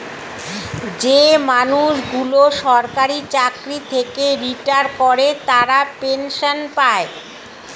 যে মানুষগুলো সরকারি চাকরি থেকে রিটায়ার করে তারা পেনসন পায়